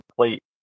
complete